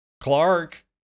Clark